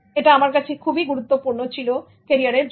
এটা আমার কাছে খুবই গুরুত্বপূর্ণ ছিল ক্যারিয়ারের জন্য